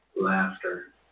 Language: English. laughter